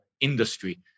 industry